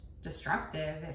destructive